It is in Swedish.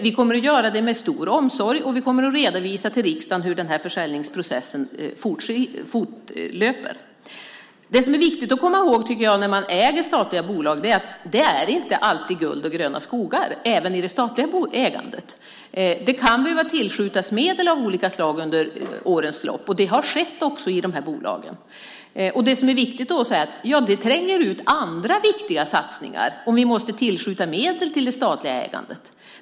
Vi kommer att göra det med stor omsorg, och vi kommer att redovisa till riksdagen hur den försäljningsprocessen fortlöper. Det som jag tycker är viktigt att komma ihåg när man äger statliga bolag är att det inte alltid är guld och gröna skogar i det statliga ägandet. Det kan behöva tillskjutas medel av olika slag under årens lopp. Det har också skett i dessa bolag. Då är det viktigt att säga att det tränger ut andra viktiga satsningar om vi måste tillskjuta medel till det statliga ägandet.